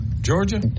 Georgia